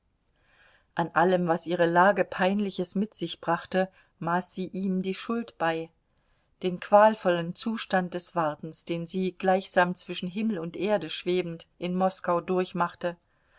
an allem was ihre lage peinliches mit sich brachte maß sie ihm die schuld bei den qualvollen zustand des wartens den sie gleichsam zwischen himmel und erde schwebend in moskau